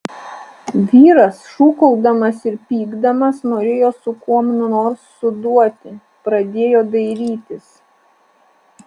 vyras šūkaudamas ir pykdamas norėjo su kuom nors suduoti pradėjo dairytis